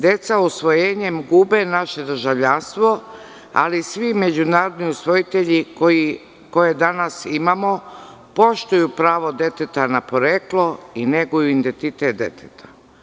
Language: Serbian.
Deca usvojenjem gube naše državljanstvo, ali svi međunarodni usvojitelji koje danas imamo poštuju pravo deteta na poreklo i neguju identitet deteta.